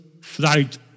flight